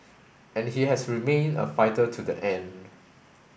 and he has remained a fighter to the end